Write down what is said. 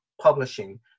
Publishing